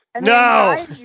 No